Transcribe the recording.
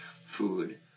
food